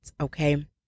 okay